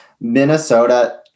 Minnesota